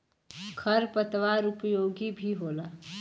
खर पतवार उपयोगी भी होला